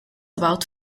about